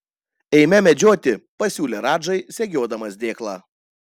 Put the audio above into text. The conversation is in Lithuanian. eime medžioti pasiūlė radžai segiodamas dėklą